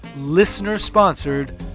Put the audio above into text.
listener-sponsored